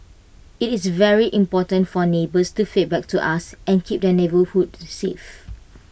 IT is very important for neighbours to feedback to us and keep their neighbourhood safe